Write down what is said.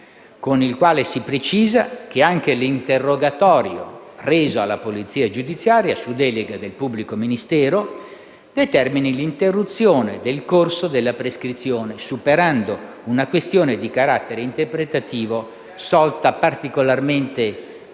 con cui si precisa che anche l'interrogatorio reso alla polizia giudiziaria su delega del pubblico ministero determina l'interruzione del corso della prescrizione, superando una questione di carattere interpretativo sorta in casi particolarmente